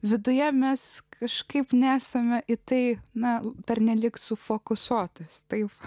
viduje mes kažkaip nesame į tai na pernelyg sufokusuotais taip